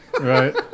Right